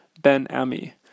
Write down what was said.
Ben-Ami